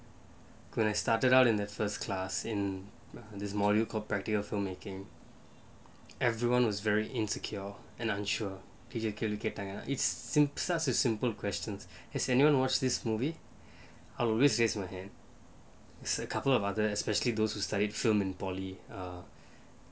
when I started out in the first class in this module called practical filmmaking everyone was very insecure and unsure ஒரு கேள்வி கேட்டாங்க:oru kelvi kettanga it's such as simple questions has anyone watch this movie always raise my hand is a couple of mother especially those who studied film in polytechnic err